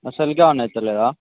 అసలకే on అయితలేదా